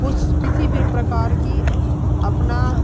कुछ किसी भी प्रकार की अपना